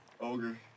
Ogre